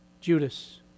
Judas